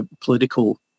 political